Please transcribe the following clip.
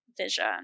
vision